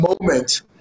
moment